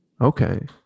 Okay